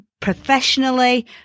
professionally